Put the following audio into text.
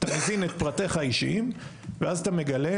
תזין את פרטיך האישיים ואז אתה מגלה,